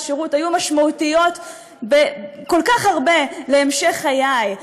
השירות היו משמעותיות כל כך הרבה להמשך חיי,